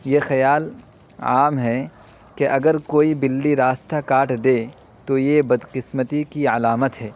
یہ خیال عام ہے کہ اگر کوئی بلی راستہ کاٹ دے تو یہ بد قسمتی کی علامت ہے